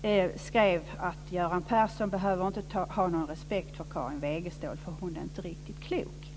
Tidningen skrev: Göran Persson behöver inte ha någon respekt för Karin Wegestål, för hon är inte riktigt klok.